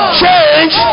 change